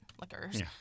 liquors